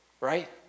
right